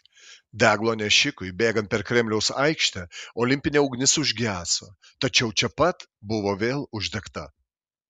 deglo nešikui bėgant per kremliaus aikštę olimpinė ugnis užgeso tačiau čia pat buvo vėl uždegta